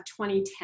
2010